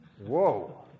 Whoa